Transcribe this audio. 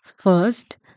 first